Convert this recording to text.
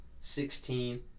sixteen